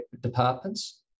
departments